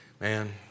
Man